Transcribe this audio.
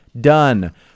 done